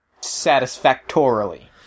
satisfactorily